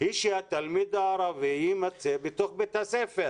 היא שהתלמיד הערבי יימצא בתוך בית הספר